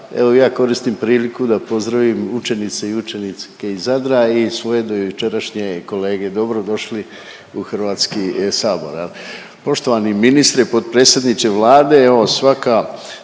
Evo ja koristim priliku da pozdravim učenice i učenike iz Zadra, ali i svoje dojučerašnje kolege. Dobrodošli u Hrvatski sabor jel. Poštovani ministre i potpredsjedniče Vlade evo svaka,